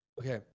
Okay